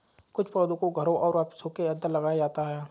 कुछ पौधों को घरों और ऑफिसों के अंदर लगाया जाता है